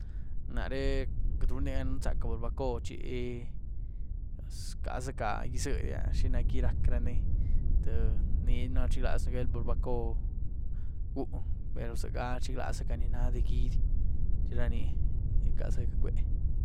Naré queity rundya gan runzaca barbacoo chi zcaszaca izyedia xinac´gí rac´raní, tïé ni rchiglaza bel barbacoo gún, per ziega rchiglaz´zaca ní na de gyiéhd, ra ni-ni rcaza gac´be.